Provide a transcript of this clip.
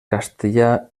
castellà